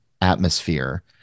atmosphere